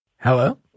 Hello